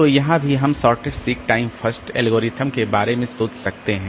तो यहाँ भी हम shortest seek time first SSTF algorithm के बारे में सोच सकते हैं